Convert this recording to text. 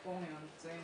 בפורומים המקצועיים,